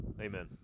Amen